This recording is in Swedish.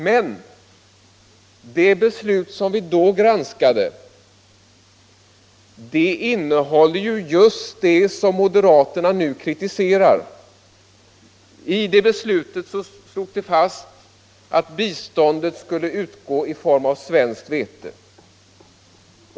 Men det beslut vi då granskade innehåller just det som moderaterna kritiserar. I det beslutet slogs fast att biståndet skulle utgå i form av svenskt vete.